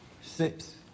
six